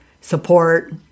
support